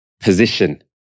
position